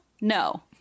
No